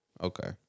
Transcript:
Okay